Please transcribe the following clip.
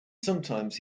sometimes